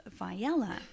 Viella